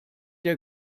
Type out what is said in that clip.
der